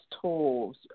tools